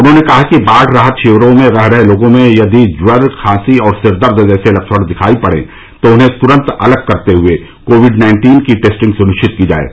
उन्होंने कहा कि बाढ़ राहत शिविरों में रह रहे लोगों में यदि ज्वर खांसी और सिरदर्द जैसे लक्षण दिखाई पड़ें तो उनको तुरंत अलग करते हुए कोविड नाइन्टीन की टेस्टिंग सुनिश्चित की जाये